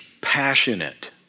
passionate